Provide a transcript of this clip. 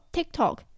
TikTok